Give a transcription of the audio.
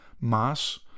Maas